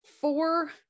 four